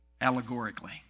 allegorically